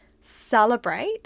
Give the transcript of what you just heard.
celebrate